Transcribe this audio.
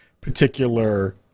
particular